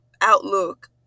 outlook